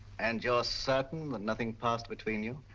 and your certain that nothing passed between you?